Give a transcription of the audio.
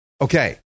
Okay